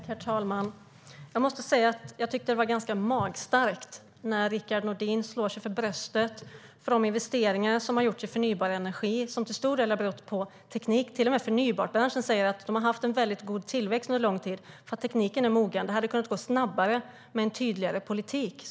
Herr talman! Jag måste säga att jag tycker att det är ganska magstarkt när Rickard Nordin slår sig för bröstet för de investeringar som har gjorts i förnybar energi som till stor del har berott på teknik. Till och med branschen för förnybart säger att de har haft en god tillväxt under lång tid för att tekniken är mogen. Det hade kunnat gå snabbare med en tydligare politik.